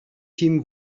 team